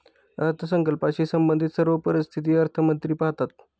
अर्थसंकल्पाशी संबंधित सर्व परिस्थिती अर्थमंत्री पाहतात